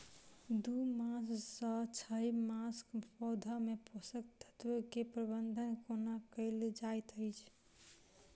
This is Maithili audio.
दू मास सँ छै मासक पौधा मे पोसक तत्त्व केँ प्रबंधन कोना कएल जाइत अछि?